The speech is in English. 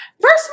First